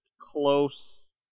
close